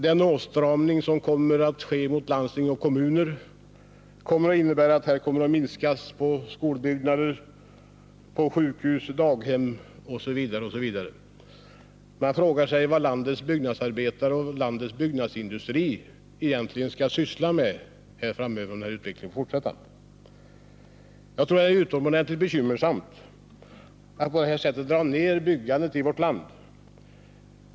Den åtstramning som kommer att ske i både landsting och kommuner kommer att innebära en minskning i byggandet av skolor, sjukhus, daghem osv. Man frågar sig vad landets byggnadsarbetare och byggnadsindustri egentligen skall syssla med framöver, om den här utvecklingen får fortsätta. Jag tror att det blir utomordentligt bekymmersamt om vi på det här sättet drar ned byggandet i vårt land.